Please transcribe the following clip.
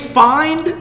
find